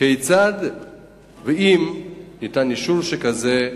כיצד ואם ניתן אישור שכזה ומדוע.